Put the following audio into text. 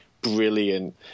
brilliant